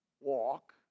walk